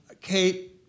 Kate